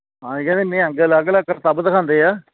ਹਾਂਜੀ ਕਹਿੰਦੇ ਨਿਹੰਗ ਅਲੱਗ ਅਲੱਗ ਕਰਤੱਵ ਦਿਖਾਉਂਦੇ ਆ